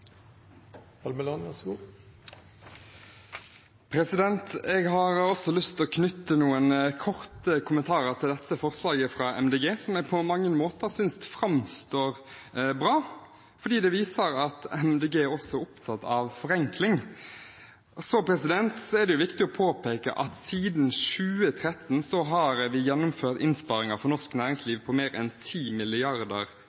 Jeg har også lyst til å knytte noen korte kommentarer til dette forslaget fra Miljøpartiet De Grønne, som jeg på mange måter synes framstår bra fordi det viser at Miljøpartiet De Grønne også er opptatt av forenkling. Så er det viktig å påpeke at siden 2013 har vi gjennomført innsparinger for norsk